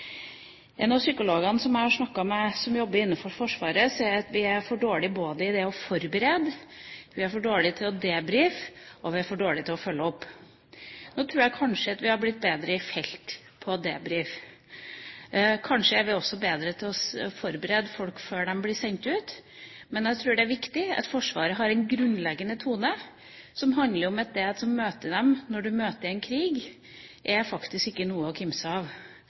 psykologene jeg har snakket med som jobber innenfor Forsvaret, sier at vi er for dårlige til å forberede, vi er for dårlige til å debrife, og vi er for dårlige til å følge opp. Nå tror jeg kanskje at vi er blitt bedre i felt til å debrife. Kanskje er vi også bedre til å forberede folk før de blir sendt ut. Men jeg tror det er viktig at Forsvaret har en grunnleggende tone som handler om at det som vil møte dem i en krig, faktisk ikke er noe å kimse av.